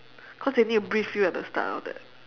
cause they need to brief you at the start and all that